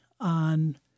on